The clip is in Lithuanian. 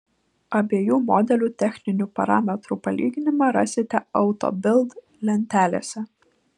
abiejų modelių techninių parametrų palyginimą rasite auto bild lentelėse